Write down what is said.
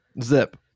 Zip